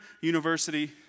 university